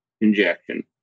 injection